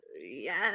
Yes